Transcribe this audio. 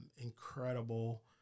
incredible